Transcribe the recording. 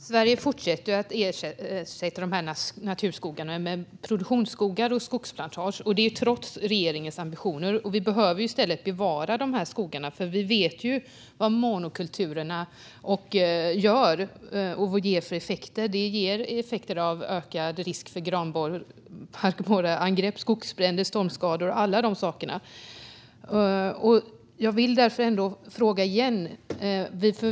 Fru talman! Sverige fortsätter att ersätta naturskogarna med produktionsskogar och skogsplantager, trots regeringens ambitioner. Vi behöver i stället bevara de här skogarna, för vi vet ju vad monokulturerna gör och ger för effekter. De ger ökad risk för granbarkborreangrepp, skogsbränder, stormskador och alla de sakerna.